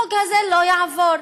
החוק הזה לא יעבור.